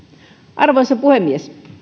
arvoisa puhemies